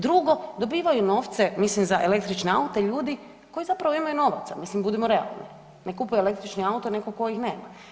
Drugo dobivaju novce mislim za električne aute ljudi koji zapravo imaju novaca, mislim budimo realni, ne kupuje električni auto netko tko ih nema.